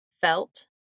felt